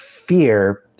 Fear